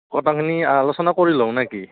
কথাখিনি আলোচনা কৰি লওঁ নেকি